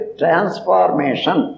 transformation